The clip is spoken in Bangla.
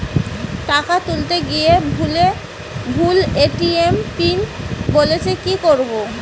টাকা তুলতে গিয়ে ভুল এ.টি.এম পিন বলছে কি করবো?